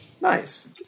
Nice